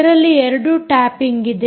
ಇದರಲ್ಲಿ ಎರಡು ಟ್ಯಾಪಿಂಗ್ ಇದೆ